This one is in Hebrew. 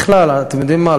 בכלל, אתם יודעים מה?